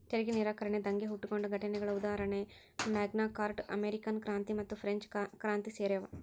ತೆರಿಗೆ ನಿರಾಕರಣೆ ದಂಗೆ ಹುಟ್ಕೊಂಡ ಘಟನೆಗಳ ಉದಾಹರಣಿ ಮ್ಯಾಗ್ನಾ ಕಾರ್ಟಾ ಅಮೇರಿಕನ್ ಕ್ರಾಂತಿ ಮತ್ತುಫ್ರೆಂಚ್ ಕ್ರಾಂತಿ ಸೇರ್ಯಾವ